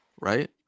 right